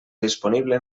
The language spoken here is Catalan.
disponible